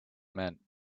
meant